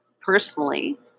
personally